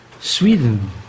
Sweden